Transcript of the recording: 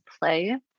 play